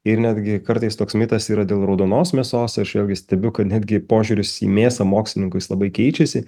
ir netgi kartais toks mitas yra dėl raudonos mėsos aš vėlgi stebiu kad netgi požiūris į mėsą mokslininkų jis labai keičiasi